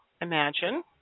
imagine